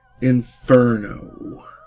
Inferno